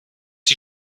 die